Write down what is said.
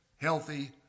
healthy